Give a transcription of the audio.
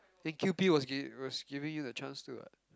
then Q_P was was giving you the chance to [what]